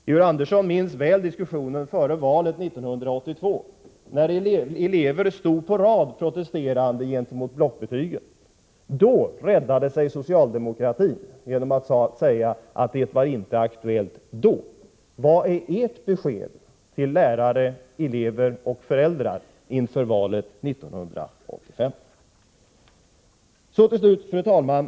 Georg Andersson minns väl diskussionen före valet 1982, när elever stod på rad protesterande mot blockbetygen. Den gången räddade sig socialdemokratin genom att säga att blockbetygen inte var aktuella då. Vad är regeringens besked till lärare, elever och föräldrar inför valet 1985? Fru talman!